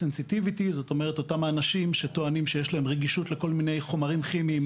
את אותם האנשים שטוענים שיש להם רגישות לכל מיני חומרים כימיים,